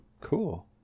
Cool